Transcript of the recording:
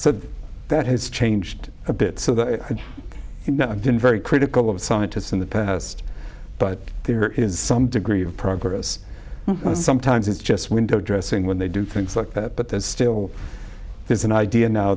so that has changed a bit so that you know i've been very critical of scientists in the past but there is some degree of progress sometimes it's just window dressing when they do things like that but there's still there's an idea now